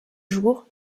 jour